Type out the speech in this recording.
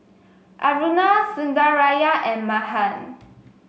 Aruna Sundaraiah and Mahan